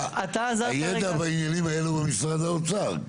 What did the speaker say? הידע בעניינים האלה זה משרד האוצר.